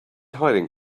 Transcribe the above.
hiding